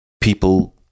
people